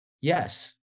yes